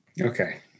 Okay